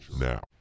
Now